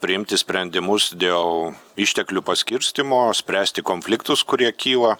priimti sprendimus dėl išteklių paskirstymo spręsti konfliktus kurie kyla